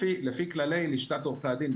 לפי כללי לשכת עורכי הדין,